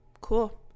Cool